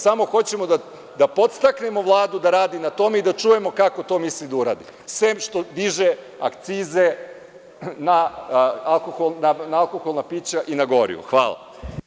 Samo hoćemo da podstaknemo Vladu da radi na tome i da čujemo kako to misli da uradi, sem što diže akcize na alkoholna pića i na gorivo.